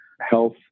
Health